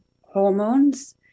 hormones